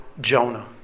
Jonah